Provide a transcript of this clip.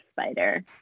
spider